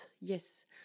yes